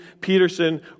Peterson